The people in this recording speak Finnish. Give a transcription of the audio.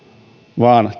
vaan